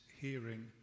hearing